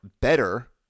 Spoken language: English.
better